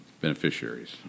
Beneficiaries